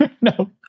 no